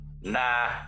Nah